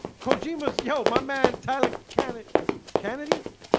kojima's help. my man. tyler can kennedy